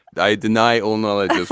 i deny all knowledge